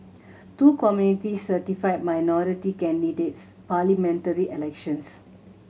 two committee certify minority candidates parliamentary elections